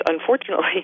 Unfortunately